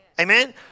Amen